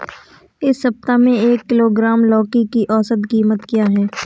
इस सप्ताह में एक किलोग्राम लौकी की औसत कीमत क्या है?